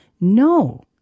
no